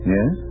Yes